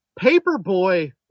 Paperboy